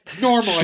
normally